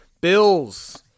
Bills